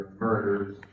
murders